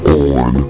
on